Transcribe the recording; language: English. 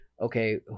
okay